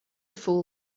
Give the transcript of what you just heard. fool